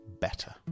better